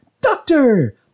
doctor